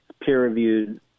peer-reviewed